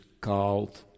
called